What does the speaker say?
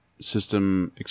system